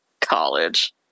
college